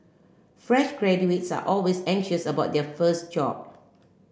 fresh graduates are always anxious about their first job